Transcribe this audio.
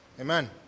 Amen